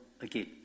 again